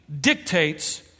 dictates